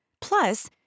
Plus